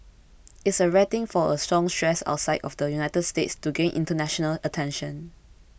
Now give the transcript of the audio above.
it's a rare thing for a songstress outside of the United States to gain international attention